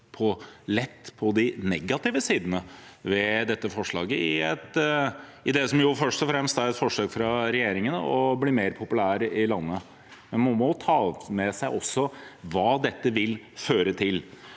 lett på de negative sidene ved det, i det som først og fremst er et forsøk fra regjeringen på å bli mer populære i landet. Man må også ta med seg hva dette vil føre til.